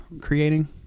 creating